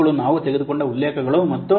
ಇವುಗಳು ನಾವು ತೆಗೆದುಕೊಂಡ ಉಲ್ಲೇಖಗಳು ಮತ್ತು